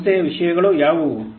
ಸಂಸ್ಥೆಯ ವಿಷಯಗಳು ಯಾವುವು